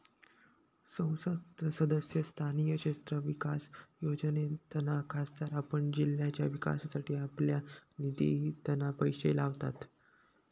संसद सदस्य स्थानीय क्षेत्र विकास योजनेतना खासदार आपल्या जिल्ह्याच्या विकासासाठी आपल्या निधितना पैशे लावतत